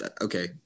okay